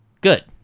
Good